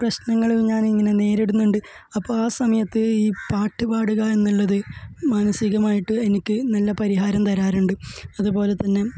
പ്രശ്നങ്ങളില് ഞാനിങ്ങനെ നേരിടുന്നുണ്ട് അപ്പം ആ സമയത്ത് ഈ പാട്ട് പാടുക എന്നുള്ളത് മാനസികമായിട്ട് എനിക്ക് നല്ല പരിഹാരം തരാറുണ്ട് അതുപോലെ തന്നെ